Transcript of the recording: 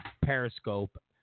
Periscope